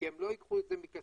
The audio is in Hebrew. כי הן לא תיקחנה את זה מכספן,